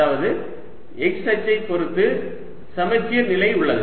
அதாவது z அச்சை பொறுத்து சமச்சீர்நிலை உள்ளது